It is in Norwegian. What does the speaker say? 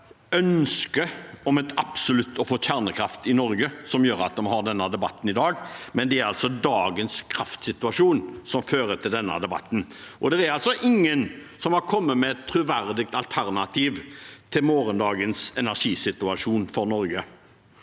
ønsket om absolutt å få kjernekraft i Norge som gjør at vi har denne debatten i dag, det er dagens kraftsituasjon som fører til denne debatten, og ingen har kommet med et troverdig alternativ til morgendagens energisituasjon i Norge.